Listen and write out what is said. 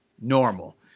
normal